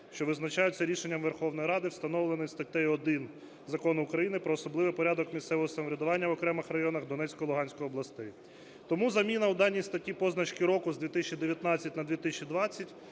що визначаються рішенням Верховної Ради, встановлений статтею 1 Закону України "Про особливий порядок місцевого самоврядування в окремих районах Донецької та Луганської областей". Тому заміна в даній статті позначки року з 2019 на 2020